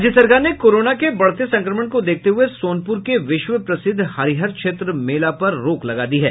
राज्य सरकार ने कोरोना के बढ़ते संक्रमण को देखते हुए सोनपुर के विश्व प्रसिद्ध हरिहर क्षेत्र मेला पर रोक लगा दी है